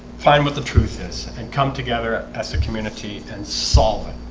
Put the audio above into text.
fine with the truth is and come together as a community and solve it